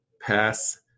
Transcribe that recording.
pass